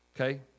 Okay